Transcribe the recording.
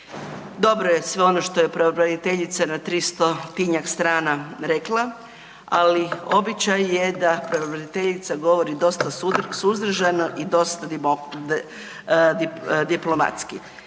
Dobro je sve ono što je pravobraniteljica na 300-tinjak strana rekla, ali običaj je da pravobraniteljica govori dosta suzdržano i dosta diplomatski